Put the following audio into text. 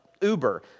Uber